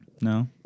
No